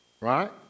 right